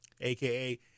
aka